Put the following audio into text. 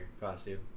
costume